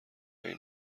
این